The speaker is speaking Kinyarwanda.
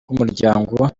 bw’umuryango